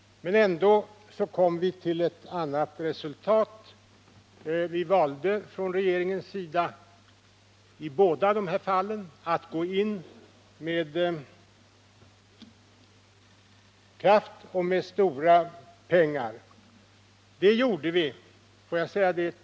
Ändå kom vi till ett annat resultat. Regeringen valde att med kraft och stora pengar gå in i båda dessa företag.